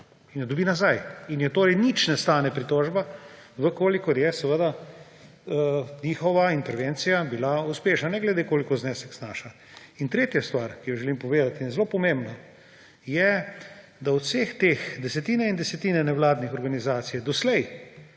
in jo dobi nazaj in je torej nič ne stane pritožba, če je seveda njihova intervencija bila uspešna, ne glede na to, koliko znesek znaša. In tretja stvar, ki jo želim povedati in je zelo pomembna, je, da od vseh teh desetin in desetin nevladnih organizacij je doslej